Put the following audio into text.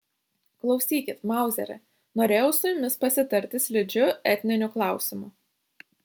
klausykit mauzeri norėjau su jumis pasitarti slidžiu etniniu klausimu